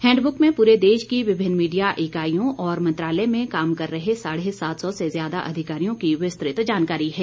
handbook में पूरे देश की विभिन्न मीडिया इकाइयों और मंत्रालय में काम कर रहे साढ़े सात सौ से ज्यादा अधिकारियों की विस्तृत जानकारी है